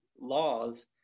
laws